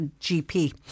GP